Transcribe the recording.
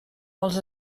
els